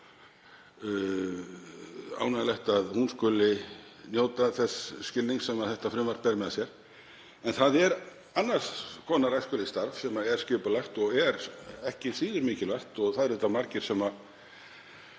ánægjulegt að hún skuli njóta þess skilnings sem frumvarpið ber með sér. En það er annars konar æskulýðsstarf sem er skipulagt og er ekki síður mikilvægt og það eru auðvitað margir sem